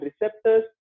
receptors